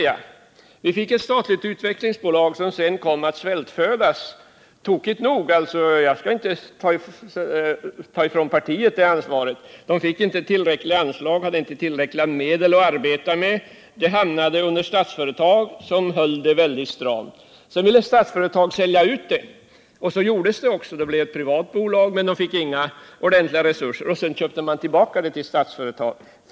Jo, vi fick ett statligt utvecklingsbolag, som seden kom att svältfödas, tokigt nog. Jag skall inte ta ifrån mitt parti ansvaret för att bolaget inte fick tillräckliga anslag och inte hade tillräckliga medel att arbeta med utan hamnade under Statsföretag, som höll det väldigt stramt. Så ville Statsföretag sälja ut bolaget, och det gjordes också. Det blev ett privat bolag, men det fick inte ordentliga resurser då heller, och sedan köpte Statsföretag det tillbaka.